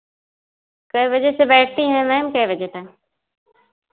कै बजे से बैठती हैं मैम कै बजे तक